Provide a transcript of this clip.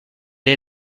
est